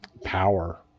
power